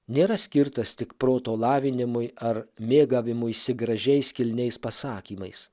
nėra skirtas tik proto lavinimui ar mėgavimuisi gražiais kilniais pasakymais